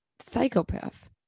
psychopath